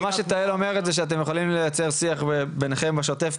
אבל מה שתהל אומרת הוא שאתם יכולים ליצר שיח ביניכם בשוטף,